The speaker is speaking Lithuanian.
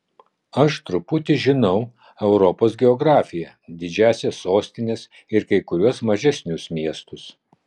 aš truputį žinau europos geografiją didžiąsias sostines ir kai kuriuos mažesnius miestus